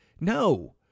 No